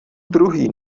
druhý